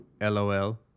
LOL